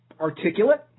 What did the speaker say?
articulate